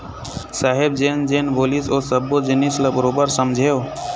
साहेब जेन जेन बोलिस ओ सब्बो जिनिस ल बरोबर समझेंव